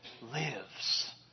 lives